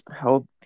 healthy